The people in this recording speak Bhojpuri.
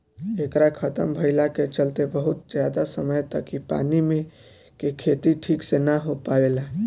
एकरा खतम भईला के चलते बहुत ज्यादा समय तक इ पानी मे के खेती ठीक से ना हो पावेला